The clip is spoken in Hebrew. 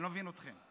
אני לא מבין אתכם.